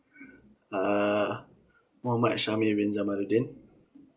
uh mohammed shami benjamaridin